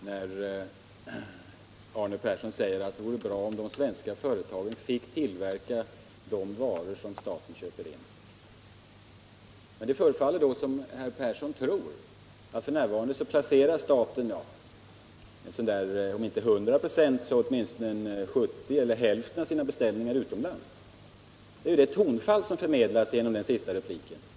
Herr talman! Arne Persson säger att det vore bra om de svenska företagen fick tillverka de varor som staten köper in. Det förefaller som om herr Persson tror att staten f. n. placerar om inte 100 96 så åtminstone 70 96 eller kanske hälften av sina beställningar utomlands. Det tonfall som fanns i herr Perssons senaste replik tyder på det.